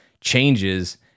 changes